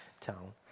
town